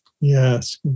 Yes